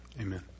Amen